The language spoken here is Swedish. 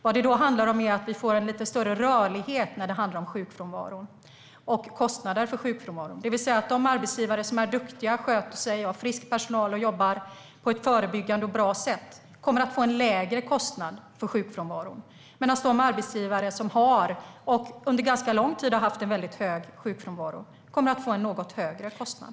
Vad det då handlar om är att vi får en lite större rörlighet när det gäller sjukfrånvaron och kostnaderna för sjukfrånvaron, det vill säga att de arbetsgivare som är duktiga, sköter sig, har frisk personal och jobbar på ett förebyggande och bra sätt kommer att få en lägre kostnad för sjukfrånvaron, medan de arbetsgivare som har och under ganska lång tid har haft en hög sjukfrånvaro kommer att få en något högre kostnad.